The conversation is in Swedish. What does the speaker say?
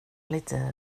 lite